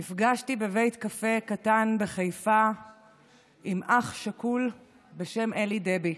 נפגשתי בבית קפה קטן בחיפה עם אח שכול בשם אלי דבי,